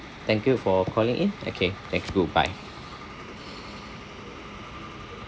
thank you for calling in okay thank you bye